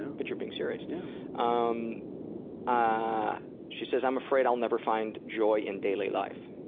but you're being serious. yeah um ah she says, i'm afraid i'll never find joy in daily life.